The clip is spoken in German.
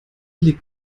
liegt